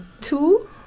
two